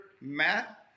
Matt